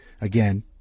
again